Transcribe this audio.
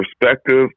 perspective